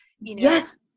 Yes